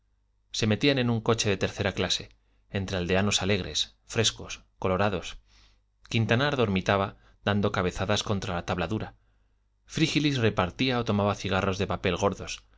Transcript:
se metían en un coche de tercera clase entre aldeanos alegres frescos colorados quintanar dormitaba dando cabezadas contra la tabla dura frígilis repartía o tomaba cigarros de papel gordos